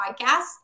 podcast